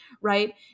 right